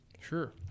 Sure